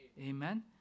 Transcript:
amen